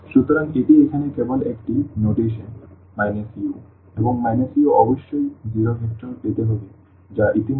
সুতরাং এটি এখানে কেবল একটি নোটেশন u এবং u অবশ্যই শূন্য ভেক্টর পেতে হবে যা ইতিমধ্যে সেটটিতে বিদ্যমান